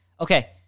Okay